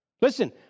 Listen